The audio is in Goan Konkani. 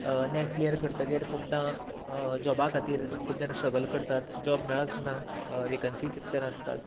नेट क्लियर करतगीर खुबदां जाॅबा खातीर खूब जाण स्ट्रगल करतात जाॅब मेळच ना वेकन्सीय तितल्यो नासतात